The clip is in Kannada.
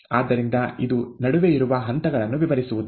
ಆದ್ದರಿಂದ ಇದು ನಡುವೆ ಇರುವ ಹಂತಗಳನ್ನು ವಿವರಿಸುವುದಿಲ್ಲ